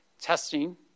Testing